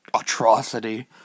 atrocity